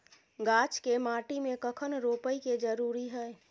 गाछ के माटी में कखन रोपय के जरुरी हय?